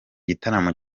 gitaramo